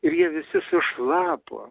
ir jie visi sušlapo